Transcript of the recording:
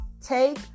take